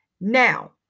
now